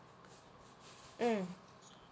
mm